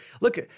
Look